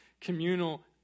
communal